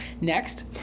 Next